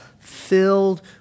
filled